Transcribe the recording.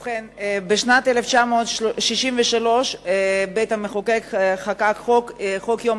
אנחנו עוברים לנושא הבא: הצעת חוק יום